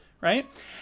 right